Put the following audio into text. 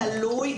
תלוי,